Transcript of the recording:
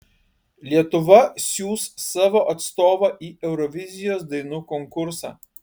lietuva siųs savo atstovą į eurovizijos dainų konkursą